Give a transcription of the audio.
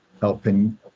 helping